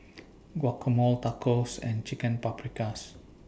Guacamole Tacos and Chicken Paprikas